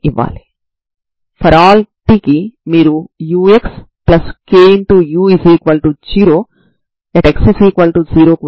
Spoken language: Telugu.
తర్వాత వీటి యొక్క సూపర్ పొజిషన్ ను రూపొందించండి సరిహద్దు నియమాలతో తరంగ సమీకరణం యొక్క పరిష్కారం అవుతుంది